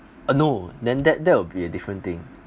uh no then that that'll be a different thing